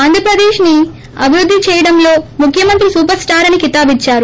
ఆంధ్రప్రదేశ్ ని అభివృద్ది చేయడంలో ముఖ్యమంత్రి సూపర్స్టార్ అని కితాబిచ్చారు